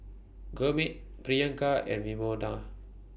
Gurmeet Priyanka and Vinoba